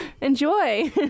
enjoy